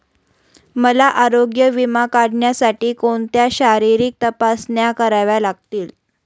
मला आरोग्य विमा काढण्यासाठी कोणत्या शारीरिक तपासण्या कराव्या लागतील?